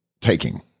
taking